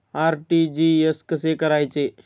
RTGS कसे करायचे?